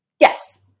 Yes